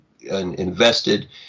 invested